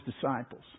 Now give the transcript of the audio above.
disciples